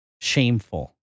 shameful